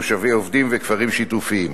מושבי עובדים וכפרים שיתופיים.